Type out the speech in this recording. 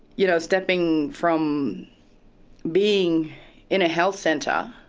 you know, stepping from being in a health centre,